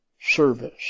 service